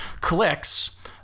clicks